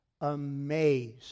amazed